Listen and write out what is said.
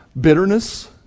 Bitterness